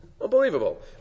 Unbelievable